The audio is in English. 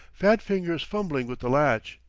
fat fingers fumbling with the latch,